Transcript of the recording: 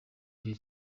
gihe